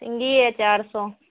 سینگی ہے چار سو